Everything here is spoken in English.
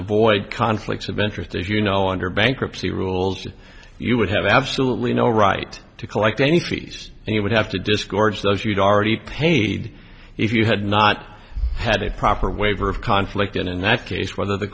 avoid conflicts of interest as you know under bankruptcy rules you would have absolutely no right to collect any fees and you would have to disgorge those you'd already paid if you had not had a proper waiver of conflict in that case whether the